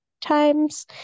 times